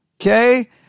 Okay